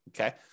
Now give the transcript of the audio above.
Okay